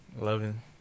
Loving